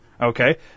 Okay